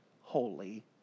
holy